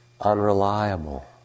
unreliable